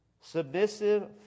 Submissive